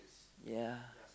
ya